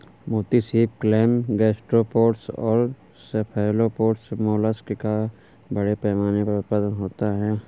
मोती सीप, clam, gastropods और सेफलोपोड्स मोलस्क का बड़े पैमाने पर उत्पादन होता है